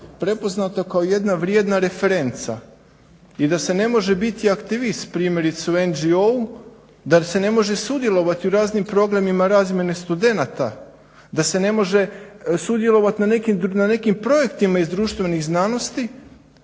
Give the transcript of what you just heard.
prepoznato kao jedna vrijedna referenca i da se ne može biti aktivist primjerice u NGO da se ne može sudjelovati u raznim programima razmjene studenata, da se ne može sudjelovati na nekim projektima iz društvenih znanosti